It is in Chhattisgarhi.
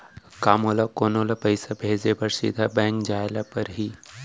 का मोला कोनो ल पइसा भेजे बर सीधा बैंक जाय ला परही?